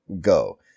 go